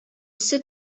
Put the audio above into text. эссе